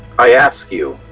i ask you,